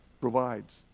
provides